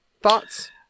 thoughts